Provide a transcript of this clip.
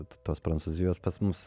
tos prancūzijos pas mus